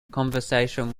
conversation